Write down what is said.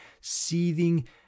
seething